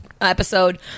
episode